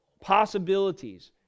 Possibilities